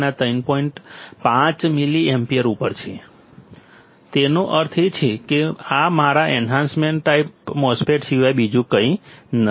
5 milliampere ઉપર છે તેનો અર્થ એ છે કે આ મારા એન્હાન્સમેન્ટ ટાઈપ MOSFET સિવાય બીજું કંઈ નથી